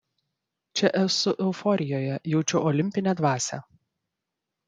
čia esu euforijoje jaučiu olimpinę dvasią